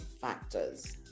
factors